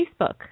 Facebook